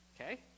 Okay